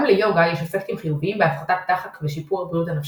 גם ליוגה יש אפקטים חיוביים בהפחתת דחק ושיפור הבריאות הנפשית,